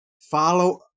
follow